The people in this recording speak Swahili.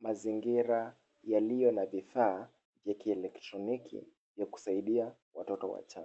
mazingira yaliyo na vifaa vya kielektroniki vya kusaidia watoto wachanga.